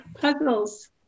Puzzles